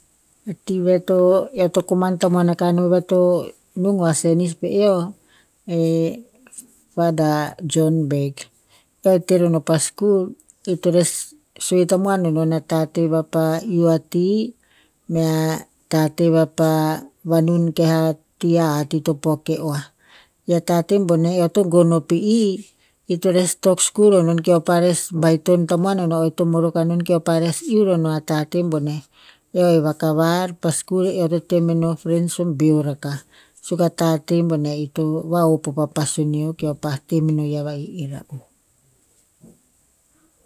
I ti ve to, eo to koman tamuan aka no ve to, nung o a senis pe eo, fr john berg. Eo he te rono pa skur, ito res sue tamuan o non a tate vapa iu a ti, mea tate vapa vanun keh a ti a hat ito pok ke oah. I a tate boneh eo to gon o pe i, ito res tok skur o non keo pa res baiton tamuan o no o ito morok a non keo pa res iu ro no a tate boneh. E he vakavar pa skur eo to te meno o frens o beor akah. Suk a tate boneh ito vahop o pa pasun neo keo pah te meno yiah va'ih ira'u.